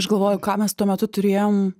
aš galvoju ką mes tuo metu turėjom